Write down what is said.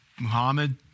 Muhammad